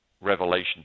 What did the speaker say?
revelation